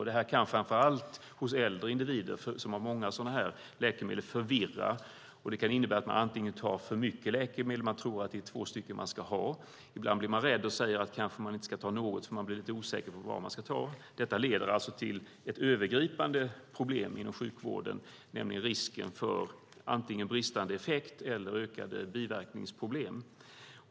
Det kan framför allt förvirra äldre individer som har många sådana här läkemedel och kan innebära att man antingen tar för mycket läkemedel för att man tror att det är två stycken olika eller inte tar något alls för att man blir rädd och osäker på vad man ska ta. Detta leder till ett övergripande problem inom sjukvården, nämligen risken för antingen bristande effekt eller ökade biverkningsproblem.